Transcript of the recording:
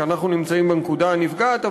כי אנחנו נמצאים בנקודה הנפגעת,